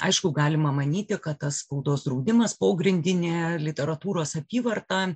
aišku galima manyti kad tas spaudos draudimas pogrindinė literatūros apyvarta